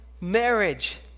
marriage